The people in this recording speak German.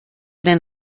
den